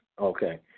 Okay